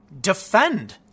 defend